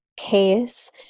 case